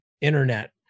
internet